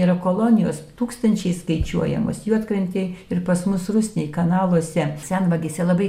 yra kolonijos tūkstančiais skaičiuojamos juodkrantėj ir pas mus rusnėj kanaluose senvagėse labai